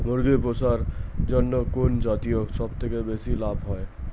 মুরগি পুষার জন্য কুন জাতীয় সবথেকে বেশি লাভ হয়?